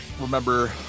Remember